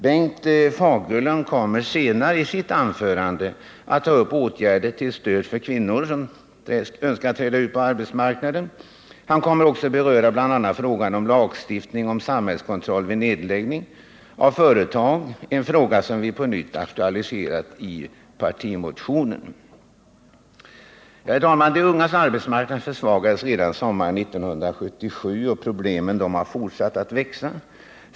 Bengt Fagerlund kommer senare i sitt anförande att ta upp åtgärder till stöd för de kvinnor som vill ut på arbetsmarknaden. Han kommer också att beröra bl.a. frågan om lagstiftning om samhällskontroll vid nedläggning av företag, en fråga som vi på nytt har aktualiserat i partimotionen. De ungas arbetsmarknad försvagades redan på sommaren 1977, och problemen har fortsatt att växa.